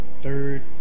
third